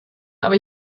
aber